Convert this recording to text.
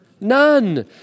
None